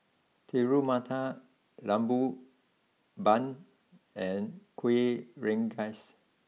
Telur Mata Lembu Bun and Kuih Rengas